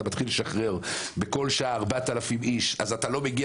אתה מתחיל לשחרר בכל שעה 4,000 אנשים אז אתה לא מגיע